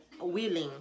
willing